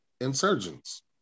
insurgents